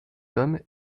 sommes